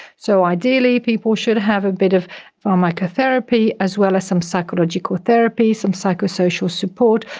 so ideally people should have a bit of pharmacotherapy as well as some psychological therapies, some psychosocial support,